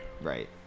Right